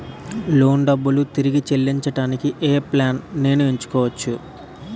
Loan డబ్బులు తిరిగి చెల్లించటానికి ఏ ప్లాన్ నేను ఎంచుకోవచ్చు?